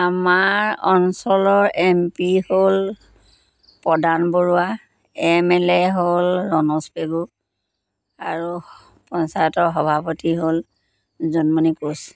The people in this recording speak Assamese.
আমাৰ অঞ্চলৰ এম পি হ'ল Pradan Baruah M L A হ'ল ৰণোজ পেগু আৰু পঞ্চায়তৰ সভাপতি হ'ল জোনমণি কোঁচ